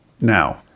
Now